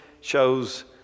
shows